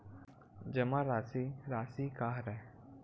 जमा राशि राशि का हरय?